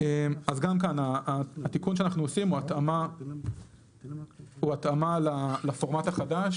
אז גם כאן התיקון שאנחנו עושים הוא התאמה לפורמט החדש